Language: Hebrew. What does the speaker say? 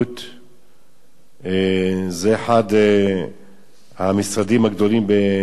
הוא אחד המשרדים הגדולים של עורכי-דין,